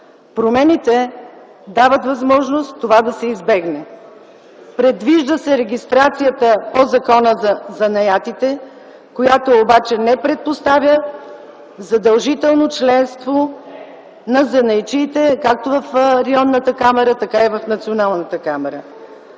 Промените дават възможност това да се избегне. Предвижда се регистрация по Закона за занаятите, която обаче не предпоставя задължително членство на занаятчиите както в районната камара, така и в Националната камара.